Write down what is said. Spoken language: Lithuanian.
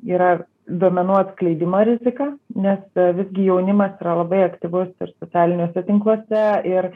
yra duomenų atskleidimo rizika nes visgi jaunimas yra labai aktyvus ir socialiniuose tinkluose ir